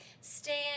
stand